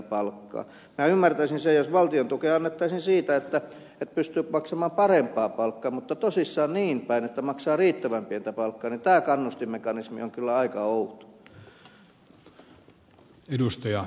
minä ymmärtäisin sen jos valtion tukea annettaisiin siitä että pystyy maksamaan parempaa palkkaa mutta tosissaan niin päin että maksaa riittävän pientä palkkaa niin tämä kannustinmekanismi on kyllä aika outo